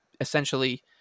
essentially